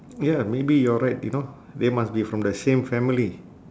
ya maybe you're right you know they must be from the same family